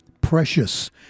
Precious